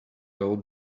old